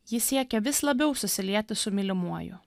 ji siekia vis labiau susilieti su mylimuoju